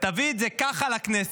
אם תביא את זה ככה לכנסת,